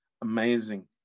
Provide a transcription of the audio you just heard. amazing